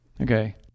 Okay